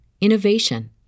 innovation